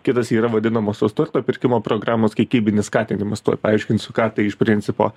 kitas yra vadinamosios turto pirkimo programos kiekybinis skatinimas tuoj paaiškinsiu ką tai iš principo